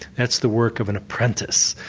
that's the work of an apprentice,